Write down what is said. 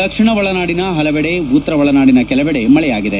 ದಕ್ಷಿಣ ಒಳನಾಡಿನ ಪಲವೆಡೆ ಉತ್ತರ ಒಳನಾಡಿನ ಕೆಲವೆಡೆ ಮಳೆಯಾಗಿದೆ